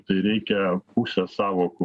tai reikia pusę sąvokų